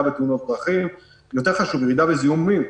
בתאונות דרכים ויותר חשוב ירידה בזיהומים.